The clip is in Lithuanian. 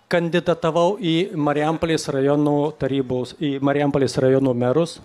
kandidatavau į marijampolės rajono tarybos į marijampolės rajono merus